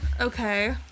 Okay